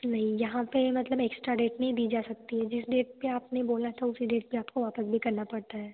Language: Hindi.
नहीं यहाँ पे मतलब एक्स्ट्रा डेट नहीं दी जा सकती है जिस डेट पे आपने बोला था उसी डेट पे आपको वापस भी करना पड़ता है